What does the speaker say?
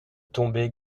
tombait